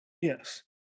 Yes